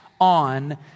on